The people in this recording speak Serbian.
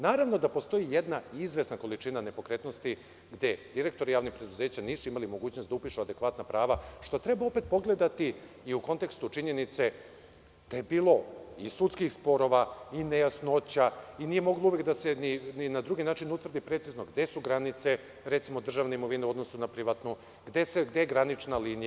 Naravno da postoji jedna izvesna količina nepokretnosti gde direktori javnih preduzeća nisu imali mogućnost da upišu adekvatna prava, što treba opet pogledati i u kontekstu činjenice da je bilo i sudskih sporova i nejasnoća i nije uvek moglo na drugi način da se utvrdi precizno gde su granice, recimo, državne imovine u odnosu na privatnu, gde je granična linija.